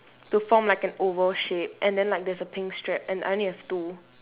to form like an oval shape and then like there's a pink strap and I only have two